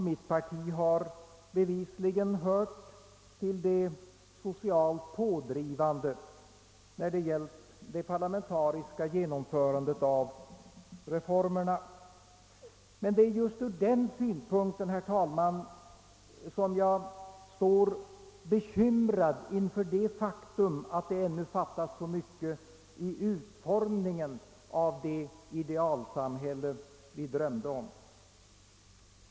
Mitt parti har också bevisligen hört till de socialt pådrivande, när det gällt det parlamentariska genomförandet av reformerna. Men just ur den synpunkten är jag bekymrad inför det faktum, att det ännu fattas så mycket i utformningen av det idealsamhälle vi drömde om.